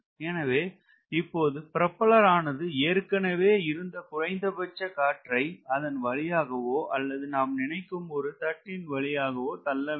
எனவே இப்பொது ப்ரொபெல்லர் ஆனது ஏற்கனவே இருந்த குறைந்த பட்ச காற்றை அதன் வழியாகவோ அல்லது நாம் நினைக்கும் ஒரு தட்டின் வழியாகவோ தள்ள வேண்டும்